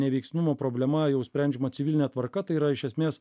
neveiksnumo problema jau sprendžiama civiline tvarka tai yra iš esmės